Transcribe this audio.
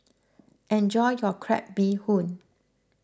enjoy your Crab Bee Hoon